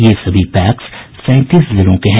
ये सभी पैक्स सैंतीस जिलों के हैं